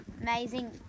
amazing